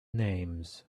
names